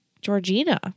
Georgina